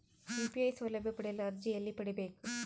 UPI ಸೌಲಭ್ಯ ಪಡೆಯಲು ಅರ್ಜಿ ಎಲ್ಲಿ ಪಡಿಬೇಕು?